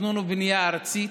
תכנון ובנייה ארצית,